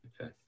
Okay